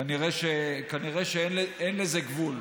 כנראה אין לזה גבול.